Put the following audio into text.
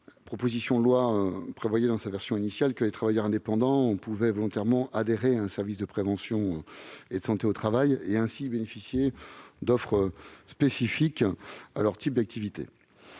la proposition de loi prévoyait que les travailleurs indépendants pouvaient volontairement adhérer à un service de prévention et de santé au travail et, ainsi, bénéficier d'offres spécifiques à leur type d'activités.